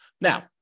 now